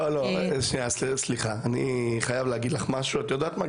לא, סליחה, אני חייב להגיד לך משהו, את יודעת מה?